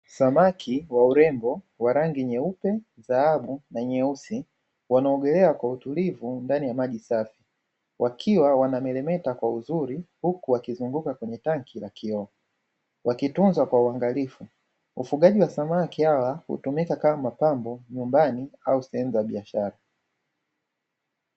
samaki wa urembo wa rangi nyeupe, dhahabu na nyeusi nawana ogelea kwa utulivu ndani ya maji safi wakiwa wana meremeta vizuri huku wakizunguka kwenye tanki la kioo, ufugaji wa samaki hawa hutumika kama mapambo manyumbani, au sehemu ya kibiashara.